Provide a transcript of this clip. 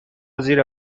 زیر